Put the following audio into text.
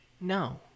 No